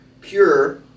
pure